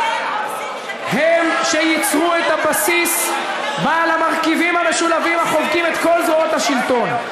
הם שיצרו את הבסיס בעל המרכיבים המשולבים החובקים את כל זרועות השלטון.